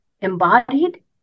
embodied